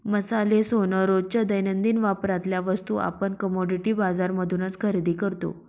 मसाले, सोन, रोजच्या दैनंदिन वापरातल्या वस्तू आपण कमोडिटी बाजार मधूनच खरेदी करतो